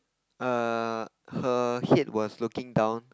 err her head was looking down